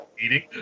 Eating